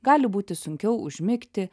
gali būti sunkiau užmigti